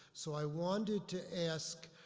so i wanted to ask,